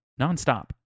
nonstop